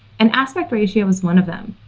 and aspect ratio was one of them.